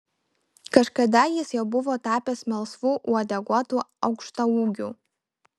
kažkada jis jau buvo tapęs melsvu uodeguotu aukštaūgiu